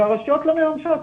והרשויות לא מממשות.